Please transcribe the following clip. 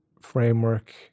framework